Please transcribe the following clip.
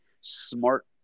smart